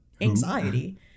anxiety